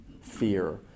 fear